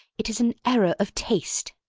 it is an error of taste.